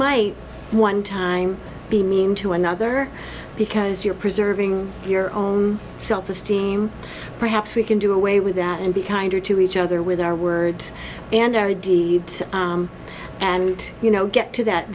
might one time be mean to another because you're preserving your own self esteem perhaps we can do away with that and be kinder to each other with our words and our deeds and you know get to that